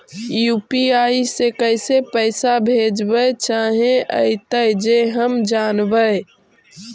UPI से कैसे पैसा भेजबय चाहें अइतय जे हम जानबय?